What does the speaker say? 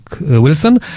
Wilson